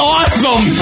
Awesome